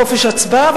חופש הצבעה.